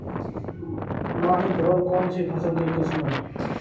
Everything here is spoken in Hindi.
माही धवल कौनसी फसल की किस्म है?